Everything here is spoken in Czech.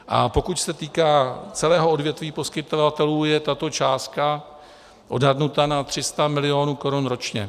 A pokud se týká celého odvětví poskytovatelů, je tato částka odhadnuta na 300 milionů korun ročně;